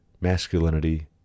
masculinity